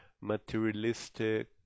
materialistic